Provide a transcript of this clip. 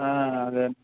అదే